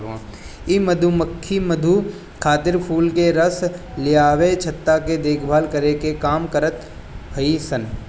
इ मधुमक्खी मधु खातिर फूल के रस लियावे, छत्ता के देखभाल करे के काम करत हई सन